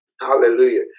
hallelujah